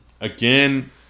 again